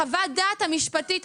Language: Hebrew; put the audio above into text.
חוות הדעת המשפטית,